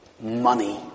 money